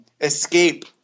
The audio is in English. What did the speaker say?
escape